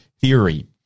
theory